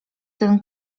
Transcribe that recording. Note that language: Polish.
ten